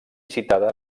citada